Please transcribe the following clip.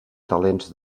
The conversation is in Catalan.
talents